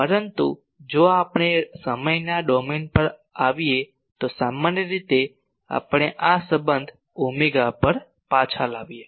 પરંતુ જો આપણે સમયના ડોમેન પર આવીએ તો સામાન્ય રીતે આપણે આ સંબંધ ઓમેગા પર પાછા લાવીએ